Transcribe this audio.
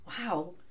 Wow